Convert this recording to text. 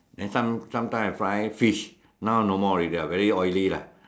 and sometimes I fry fish now no more already very oily lah